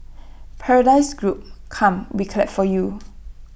paradise group come we clap for you